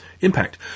Impact